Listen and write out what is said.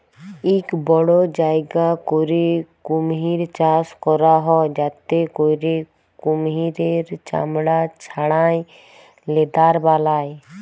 ইক বড় জায়গা ক্যইরে কুমহির চাষ ক্যরা হ্যয় যাতে ক্যইরে কুমহিরের চামড়া ছাড়াঁয় লেদার বালায়